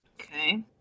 Okay